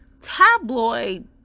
tabloid